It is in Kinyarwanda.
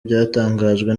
byatangajwe